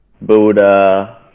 Buddha